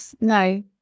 No